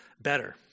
better